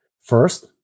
First